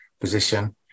position